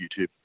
YouTube